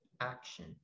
action